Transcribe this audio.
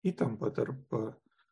įtampa tarp